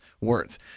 words